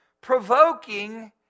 provoking